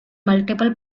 multiple